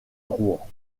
rouen